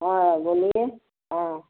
हाँ बोलिए हाँ